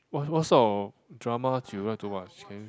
what what sort of drama do you like to watch can you